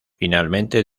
finalmente